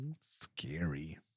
Scary